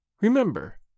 Remember